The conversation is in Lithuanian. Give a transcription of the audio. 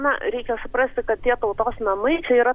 na reikia suprasti kad tie tautos namai čia yra